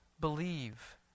believe